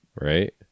right